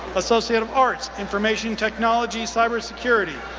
associate of arts, information technology, cybersecurity,